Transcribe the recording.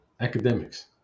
academics